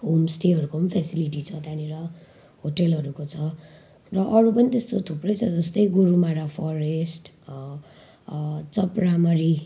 होमस्टेहरूको फेसिलिटी छ त्यहाँनेर होटेलहरूको छ र अरू पनि त्यस्तो थुप्रै छ जस्तै गोरुमारा फरेस्ट चपरामारी